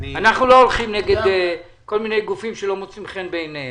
אנחנו לא הולכים כל מיני גופים שלא מוצאים חן בעיננו